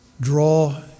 draw